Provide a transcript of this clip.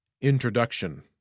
Introduction